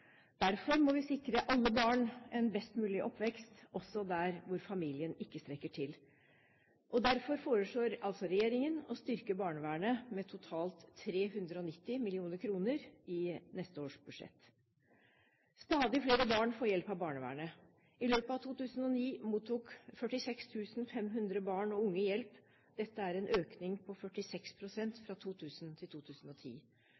Derfor må vi sikre alle barn en best mulig oppvekst, også der hvor familien ikke strekker til. Derfor foreslår regjeringen å styrke barnevernet med totalt 390 mill. kr i neste års budsjett. Stadig flere barn får hjelp av barnevernet. I løpet av 2009 mottok 46 500 barn og unge hjelp. Dette er en økning på 46